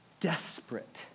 desperate